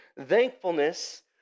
Thankfulness